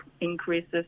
increases